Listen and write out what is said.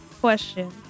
question